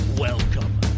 Welcome